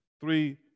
Three